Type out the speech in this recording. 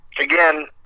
again